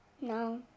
No